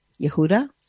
Yehuda